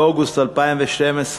באוגוסט 2012,